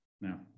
now